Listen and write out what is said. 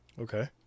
Okay